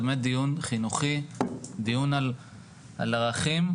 שזה דיון חינוכי על ערכים,